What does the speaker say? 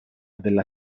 della